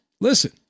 Listen